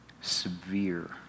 severe